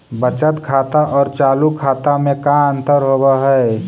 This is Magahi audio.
बचत खाता और चालु खाता में का अंतर होव हइ?